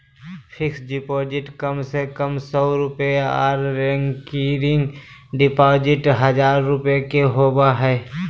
fixed deposit कम से कम सौ रुपया के आर रेकरिंग डिपॉजिट हजार रुपया के होबय हय